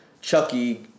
Chucky